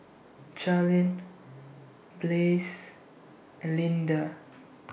Charline Blaze and Lynda